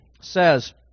says